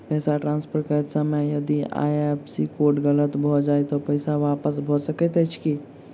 पैसा ट्रान्सफर करैत समय यदि आई.एफ.एस.सी कोड गलत भऽ जाय तऽ पैसा वापस भऽ सकैत अछि की?